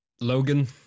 Logan